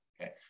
okay